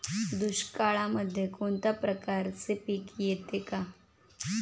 दुष्काळामध्ये कोणत्या प्रकारचे पीक येते का?